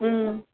ꯎꯝ